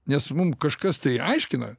nes mum kažkas tai aiškina